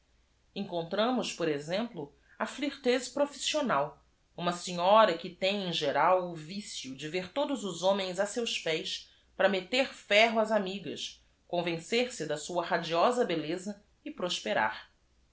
ncontramos por exem plo aflirteuse profissional uma se nhora que t e m em geral o v i c i o de ver todos os homens a seus pés p a r a m e t t e r ferro ás amigas con vencer-se da sua radiosa belleza e prosperar